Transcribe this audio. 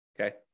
Okay